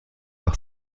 par